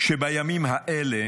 שבימים האלה